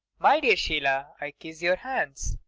my dear sheila, i kiss your hands.